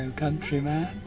and country man.